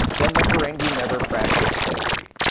then the ferengi never practiced slavery.